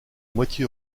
moitié